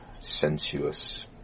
sensuous